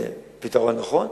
הפתרון הנכון.